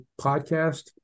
podcast